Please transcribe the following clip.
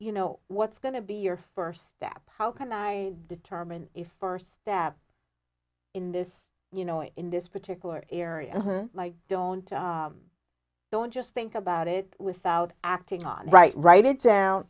you know what's going to be your first step how can i determine if first step in this you know in this particular area i don't i don't just think about it without acting on right write it